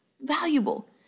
Valuable